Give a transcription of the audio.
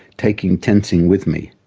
taking tenzing with me.